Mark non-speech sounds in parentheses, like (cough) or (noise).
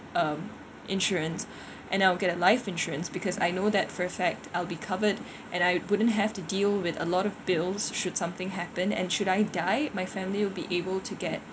um insurance (breath) and I'll get a life insurance because I know that for a fact I'll be covered (breath) and I wouldn't have to deal with a lot of bills should something happen and should I die my family will be able to get